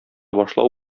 башлау